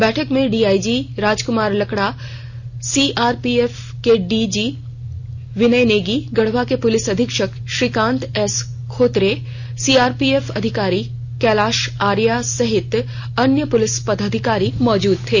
बैठक में DIG Rajkumar Lakra CRPF के डीजी विनय नेगी गढ़वा के प्रलिस अधीक्षक श्रीकांत एस खोतरे सीआरपीएफ अधिकारी कैलाश आर्या सहित अन्य पुलिस पदाधिकारी मौजूद थे